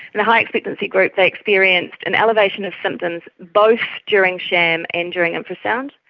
in the high expectancy group they experienced an elevation of symptoms both during sham and during infrasound.